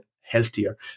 healthier